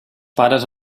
pares